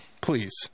please